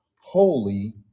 holy